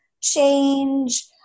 change